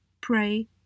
pray